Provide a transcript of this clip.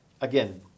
again